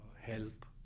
help